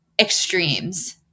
extremes